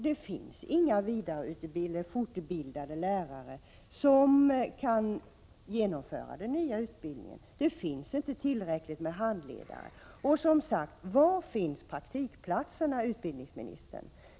Det finns inga fortbildade lärare som kan genomföra den nya utbildningen. Det finns inte tillräckligt med handledare. Som sagt: Var finns praktikplatserna, utbildningsministern?